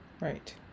Right